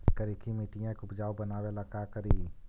करिकी मिट्टियां के उपजाऊ बनावे ला का करी?